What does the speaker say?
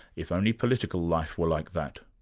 if only political life were like that.